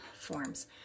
forms